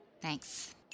Thanks